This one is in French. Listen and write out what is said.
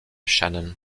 shannon